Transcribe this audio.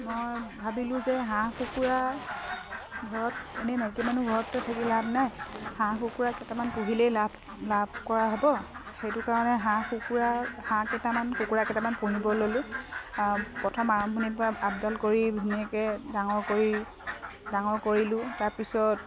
মই ভাবিলোঁ যে হাঁহ কুকুৰা ঘৰত এনেই মাইকী মানুহ ঘৰতটো থাকি লাভ নাই হাঁহ কুকুৰাকেইটামান পুহিলেই লাভ লাভ কৰা হ'ব সেইটো কাৰণে হাঁহ কুকুুৰাৰ হাঁহকেইটামান কুকুৰাকেইটামান পুহিব ল'লোঁ প্ৰথম আৰম্ভণিৰপৰা আপডাল কৰি ধুনীয়াকৈ ডাঙৰ কৰি ডাঙৰ কৰিলোঁ তাৰ পিছত